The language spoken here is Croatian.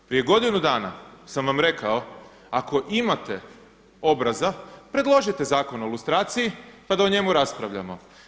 Prije godinu dana sam vam rekao ako imate obraza predložite Zakon o lustraciji pa da o njemu raspravljamo.